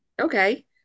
okay